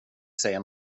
säga